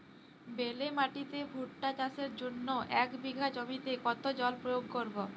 বেলে মাটিতে ভুট্টা চাষের জন্য এক বিঘা জমিতে কতো জল প্রয়োগ করব?